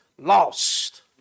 lost